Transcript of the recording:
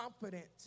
confident